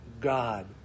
God